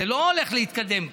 זה לא הולך להתקדם ככה.